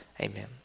Amen